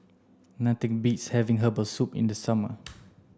nothing beats having herbal soup in the summer